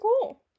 cool